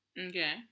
Okay